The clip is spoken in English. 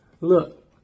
Look